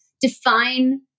define